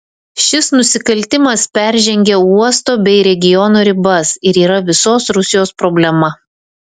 šis nusikaltimas peržengia uosto bei regiono ribas ir yra visos rusijos problema